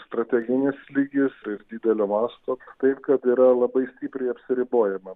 strateginis lygis tai ir didelio masto taip kad yra labai stipriai apsiribojama